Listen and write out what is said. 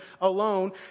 alone